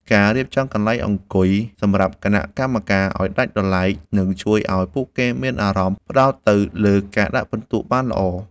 ការរៀបចំកន្លែងអង្គុយសម្រាប់គណៈកម្មការឱ្យដាច់ដោយឡែក នឹងជួយឱ្យពួកគេមានអារម្មណ៍ផ្ដោតទៅលើការដាក់ពិន្ទុបានល្អ។